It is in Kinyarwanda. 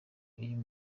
uyu